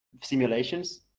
simulations